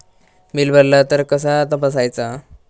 Bill भरला तर कसा तपसायचा?